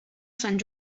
sant